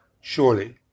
surely